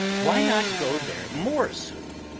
why not go there more soon?